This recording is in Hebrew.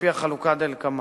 על-פי החלוקה דלקמן: